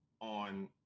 on